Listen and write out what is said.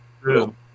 True